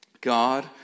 God